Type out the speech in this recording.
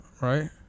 right